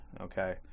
Okay